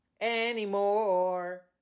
Anymore